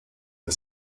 the